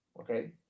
Okay